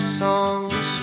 songs